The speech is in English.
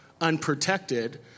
unprotected